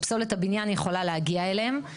שפסולת הבניין יכולה להגיע אליהם.